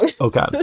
okay